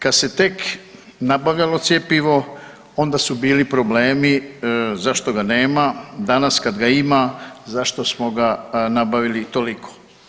Kada se tek nabavljalo cjepivo onda su bili problemi zašto ga nema, danas kada ga ima zašto smo ga nabavili toliko.